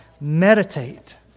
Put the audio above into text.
meditate